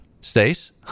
Stace